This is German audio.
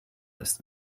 ist